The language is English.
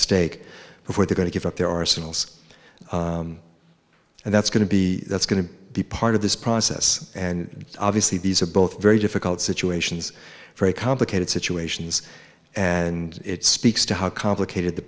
stake before they going to give up their arsenals and that's going to be that's going to be part of this process and obviously these are both very difficult situations very complicated situations and it speaks to how complicated the